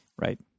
Right